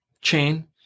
chain